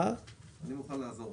אני מוכן לעזור בזה.